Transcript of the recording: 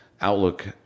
outlook